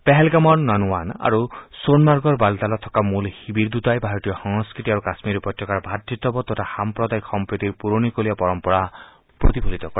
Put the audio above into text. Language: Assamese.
পেহেলগামৰ ননৱান আৰু সোণমাৰ্গৰ বালতালত থকা মূল শিবিৰ দুটাই ভাৰতীয় সংস্কৃতি আৰু কাশ্মীৰ উপত্যকাৰ ভাতৃত্ববোধ তথা সাম্প্ৰদায়িক সম্প্ৰীতিৰ পুৰণিকলীয়া পৰম্পৰা প্ৰতফলিত কৰে